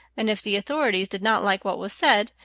and if the authorities did not like what was said,